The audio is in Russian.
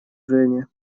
жене